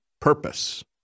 purpose